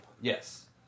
Yes